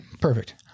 Perfect